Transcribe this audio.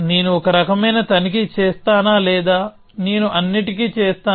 నేను ఒక రకమైన తనిఖీ చేస్తానా లేదా నేను అన్నింటికీ చేస్తానా